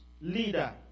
leader